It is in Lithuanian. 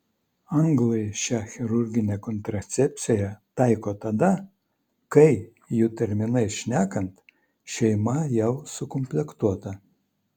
anglai šią chirurginę kontracepciją taiko tada kai jų terminais šnekant šeima jau sukomplektuota